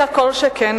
אתיקה כל שכן,